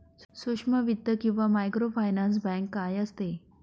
सूक्ष्म वित्त किंवा मायक्रोफायनान्स बँक काय असते?